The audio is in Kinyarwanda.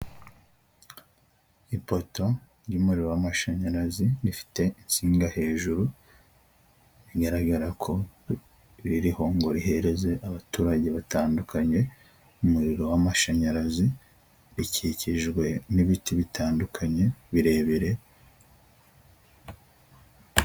Ipoto ry'umuriro w'amashanyarazi rifite insinga hejuru, bigaragara ko ririho ngo rihereze abaturage batandukanye, umuriro w'amashanyarazi, rikikijwe n'ibiti bitandukanye birebire.